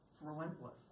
relentless